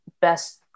best